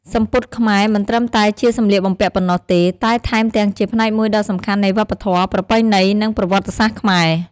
សំពត់ខ្មែរមិនត្រឹមតែជាសំលៀកបំពាក់ប៉ុណ្ណោះទេ តែថែមទាំងជាផ្នែកមួយដ៏សំខាន់នៃវប្បធម៌ ប្រពៃណី និងប្រវត្តិសាស្ត្រខ្មែរ។